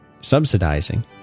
subsidizing